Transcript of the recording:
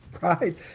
right